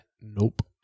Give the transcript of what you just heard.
Nope